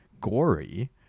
gory